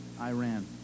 Iran